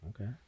Okay